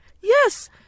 yes